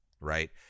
right